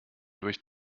durch